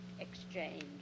Exchange